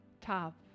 top